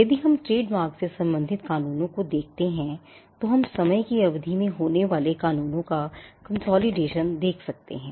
यदि हम ट्रेडमार्क से संबंधित कानूनों को देखते हैं तो हम समय की अवधि में होने वाले कानूनों का consolidation देख सकते हैं